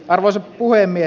arvoisa puhemies